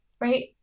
right